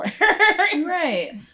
right